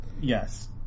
Yes